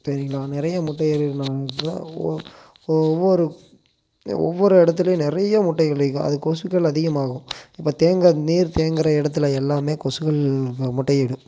சரிங்களா நிறைய முட்டைகள் இடும் ஒவ்வொரு ஒவ்வொரு இடத்துலையும் நிறைய முட்டைகள் வைக்கும் அது கொசுக்கள் அதிகமாகும் இப்போ தேங்க நீர் தேங்குகிற இடத்துல எல்லாமே கொசுக்கள் முட்டையிடும்